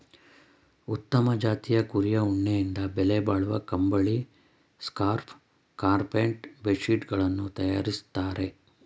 ಉತ್ತಮ ಜಾತಿಯ ಕುರಿಯ ಉಣ್ಣೆಯಿಂದ ಬೆಲೆಬಾಳುವ ಕಂಬಳಿ, ಸ್ಕಾರ್ಫ್ ಕಾರ್ಪೆಟ್ ಬೆಡ್ ಶೀಟ್ ಗಳನ್ನು ತರಯಾರಿಸ್ತರೆ